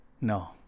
No